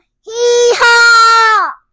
Hee-haw